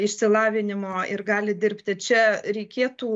išsilavinimo ir gali dirbti čia reikėtų